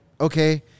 okay